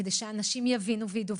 כדי שאנשים יבינו ויידעו,